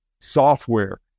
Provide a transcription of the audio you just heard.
software